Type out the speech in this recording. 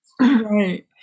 Right